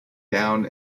down